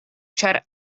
ĉar